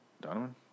Donovan